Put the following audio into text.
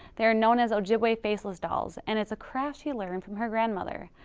they're known as ojibwe faceless dolls. and it's a craft she learned from her grandmother.